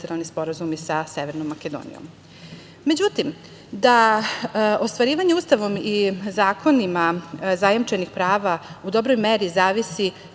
bilateralni sporazum i sa Severnom Makedonijom.Međutim, da ostvarivanje Ustavom i zakonima zajamčenih prava u dobroj meri zavisi